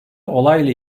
olayla